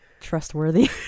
trustworthy